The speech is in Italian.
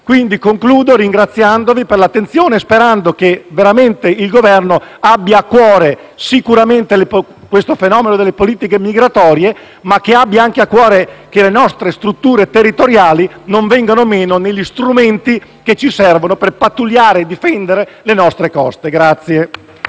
Concludo ringraziando per l'attenzione e sperando che il Governo abbia davvero a cuore il fenomeno delle politiche migratorie, ma abbia anche a cuore che le nostre strutture territoriali non vengano meno negli strumenti che ci servono per pattugliare e difendere le nostre coste.